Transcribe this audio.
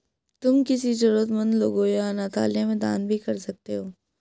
तुम किसी जरूरतमन्द लोगों या अनाथालय में दान भी कर सकते हो